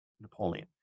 Napoleon